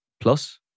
plus